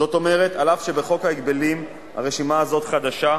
זאת אומרת, אף שבחוק ההגבלים הרשימה הזו חדשה,